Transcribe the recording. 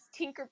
tinkerbell